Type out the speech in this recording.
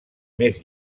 més